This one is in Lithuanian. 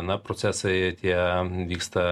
na procesai tie vyksta